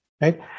right